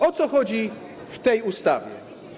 O co chodzi w tej ustawie?